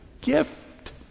gift